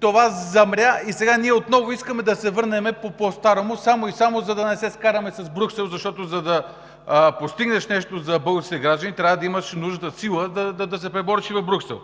това замря и сега ние отново искаме да се върнем постарому само и само за да не се скараме с Брюксел, защото, за да постигнеш нещо за българските граждани, трябва да имаш нужната сила да се пребориш и в Брюксел.